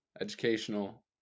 educational